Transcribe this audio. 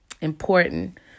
Important